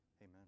Amen